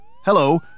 Hello